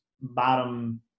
bottom